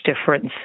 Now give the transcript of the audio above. difference